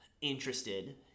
interested